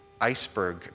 iceberg